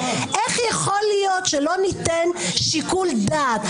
איך יכול להיות שלא ניתן שיקול דעת?